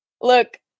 Look